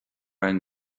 againn